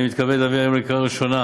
אני מתכבד להביא היום לקריאה ראשונה